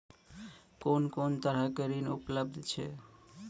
कून कून तरहक ऋण उपलब्ध छै?